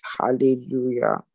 hallelujah